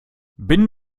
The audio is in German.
bin